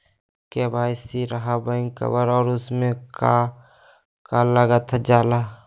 KYC रहा back cover और उसमें का का लागल जाला?